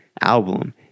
album